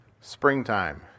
Springtime